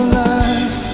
life